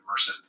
immersive